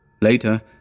Later